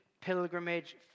pilgrimage